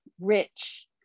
rich